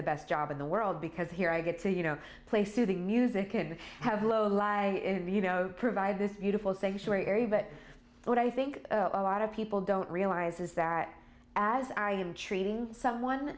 the best job in the world because here i get to you know play soothing music could have low lie you know provide this beautiful stationery but what i think a lot of people don't realize is that as i am treating someone